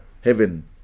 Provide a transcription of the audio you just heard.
heaven